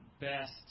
best